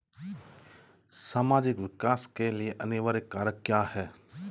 सामाजिक विकास के लिए अनिवार्य कारक क्या है?